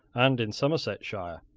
and in somersetshire,